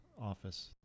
office